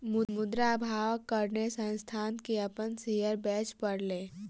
मुद्रा अभावक कारणेँ संस्थान के अपन शेयर बेच पड़लै